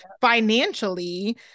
financially